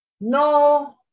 no